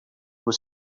was